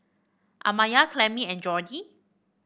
Amaya Clemmie and Jordy